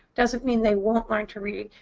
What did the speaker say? doesn't mean they weren't learn to read.